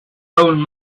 own